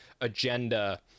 agenda